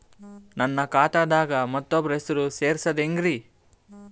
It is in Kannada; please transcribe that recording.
ನನ್ನ ಖಾತಾ ದಾಗ ಮತ್ತೋಬ್ರ ಹೆಸರು ಸೆರಸದು ಹೆಂಗ್ರಿ?